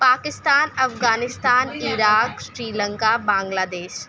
Pakistan Afghanistan Iraq Sri Lanka بنگلا دیش